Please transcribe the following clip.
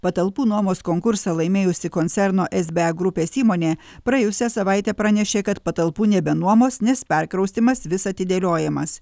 patalpų nuomos konkursą laimėjusi koncerno sba grupės įmonė praėjusią savaitę pranešė kad patalpų nebenuomos nes perkraustymas vis atidėliojamas